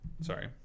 sorry